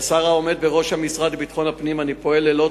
כשר העומד בראש המשרד לביטחון הפנים אני פועל לילות